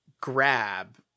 grab